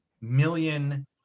million